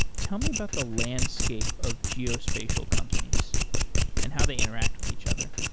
tell me about the landscape of geospatial companies and how they interact with each other